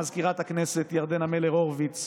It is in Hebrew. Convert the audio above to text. מזכירת הכנסת ירדנה מלר-הורוביץ,